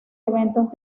eventos